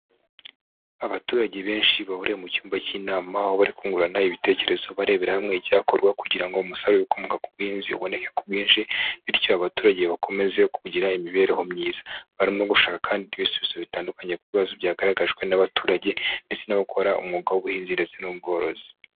Abaturage benshi bahuriye mu cyumba k'inama, aho bari kungurana ibitekerezo, barebera hamwe icyakorwa kugira ngo umusaruro w'ibikomoka ku buhinzi uboneke ku bwinshi, bityo abaturage bakomeze kugira imibereho myiza, barimo gushaka kandi ibisubizo bitandukanye, ku bibazo byagaragajwe n'abaturage, ndetse n'abakora umwuga w'ubuhinzi ndetse n'ubworozi.